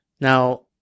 Now